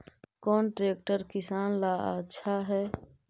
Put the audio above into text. कौन ट्रैक्टर किसान ला आछा है?